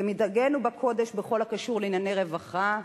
כמנהגנו בקודש בכל הקשור בענייני רווחה,